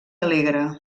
alegre